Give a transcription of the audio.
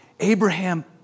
Abraham